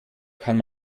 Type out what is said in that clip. kann